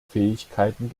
fähigkeiten